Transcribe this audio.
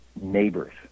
neighbors